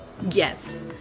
Yes